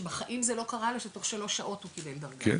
שבחיים זה לא קרה לו שתוך שלוש שעות הוא קיבל דרגה.